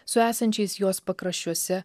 su esančiais jos pakraščiuose